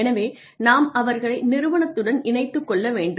எனவே நாம் அவர்களை நிறுவனத்துடன் இணைத்துக்கொள்ள வேண்டும்